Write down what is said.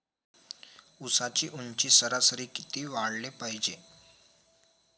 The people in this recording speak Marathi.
ऊसाची ऊंची सरासरी किती वाढाले पायजे?